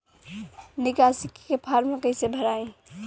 निकासी के फार्म कईसे भराई?